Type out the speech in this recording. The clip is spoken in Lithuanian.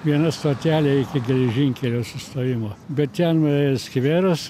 viena stotelė iki geležinkelio sustojimo bet ten skveras